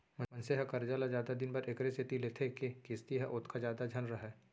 मनसे ह करजा ल जादा दिन बर एकरे सेती लेथे के किस्ती ह ओतका जादा झन रहय